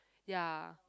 ya